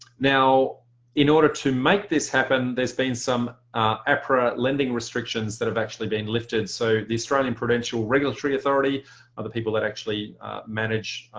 in order to make this happen, there's been some apra lending restrictions that have actually been lifted. so the australian prudential regulatory authority are the people that actually manage